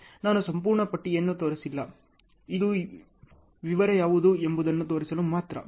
ನಾನು ಸಂಪೂರ್ಣ ಪಟ್ಟಿಯನ್ನು ತೋರಿಸಿಲ್ಲ ಇದು ವಿವರ ಯಾವುದು ಎಂಬುದನ್ನು ತೋರಿಸಲು ಮಾತ್ರ